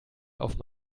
auf